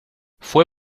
fue